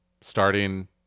starting